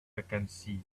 vacancy